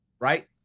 right